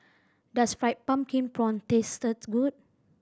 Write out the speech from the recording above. does fried pumpkin prawn tastes good